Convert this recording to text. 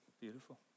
beautiful